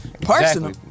Personal